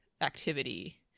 activity